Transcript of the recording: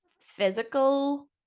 physical